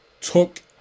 Took